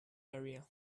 area